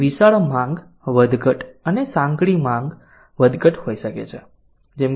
તેથી વિશાળ માંગ વધઘટ અને સાંકડી માંગ વધઘટ હોઈ શકે